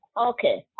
okay